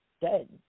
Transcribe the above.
dead